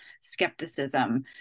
skepticism